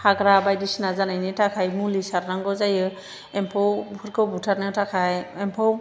हाग्रा बायदिसिना जानायनि थाखाय मुलि सारनांगौ जायो एम्फौफोरखौ बुथारनो थाखाय एम्फौ